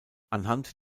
anhand